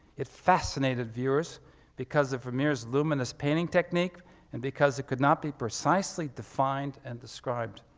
it fascinated viewers because of vermeer's luminous painting techinque and because it could not be precisely defined and described.